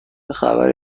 خبری